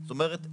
זאת אומרת,